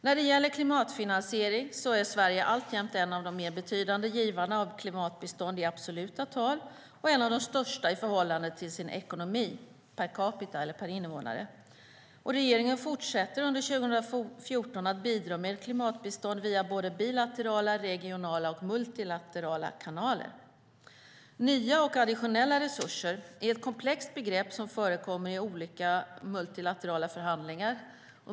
När det gäller klimatfinansiering är Sverige alltjämt en av de mer betydande givarna av klimatbistånd i absoluta tal och en av de största i förhållande till sin ekonomi per capita eller invånare. Regeringen fortsätter under 2014 att bidra med klimatbistånd via bilaterala, regionala och multilaterala kanaler. Nya och additionella resurser är ett komplext begrepp som förekommer i olika multilaterala förhandlingar.